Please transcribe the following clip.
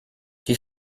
die